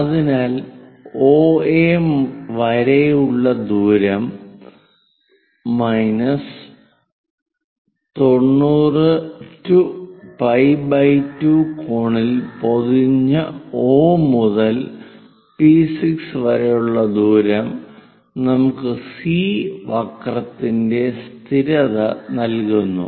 അതിനാൽ O മുതൽ A വരെയുള്ള ദൂരം 90 to π 2 കോണിൽ പൊതിഞ്ഞ O മുതൽ P6 വരെയുള്ള ദൂരം നമുക്ക് C വക്രത്തിന്റെ സ്ഥിരത നൽകുന്നു